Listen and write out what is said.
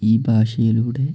ഈ ഭാഷയിലൂടെ